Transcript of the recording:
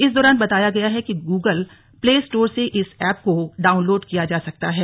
इस दौरान बताया गया कि गूगल प्ले स्टोर से इस ऐप डाउनलोड किया जा सकता है